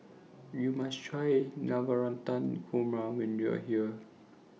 YOU must Try Navratan Korma when YOU Are here